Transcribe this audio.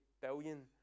billion